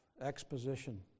exposition